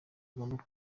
ugomba